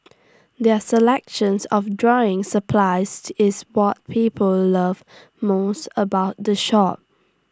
their selections of drawing supplies to is what people love most about the shop